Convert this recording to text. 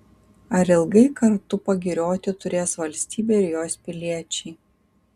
ar ilgai kartu pagirioti turės valstybė ir jos piliečiai